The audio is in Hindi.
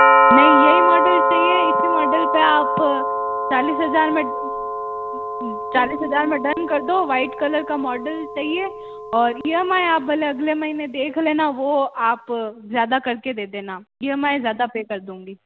नहीं ये ही मॉडल चाहिए इस मॉडल पे आप चालीस हजार में चालीस हजार में डन कर दो वाइट कलर का मॉडल चाहिए और ई एम आई आप भले अगले महीने देख लेना वो आप ज़्यादा करके दे देना ई एम आई ज़्यादा पे कर दूँगी